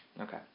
Okay